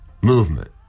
movement